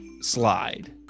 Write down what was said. slide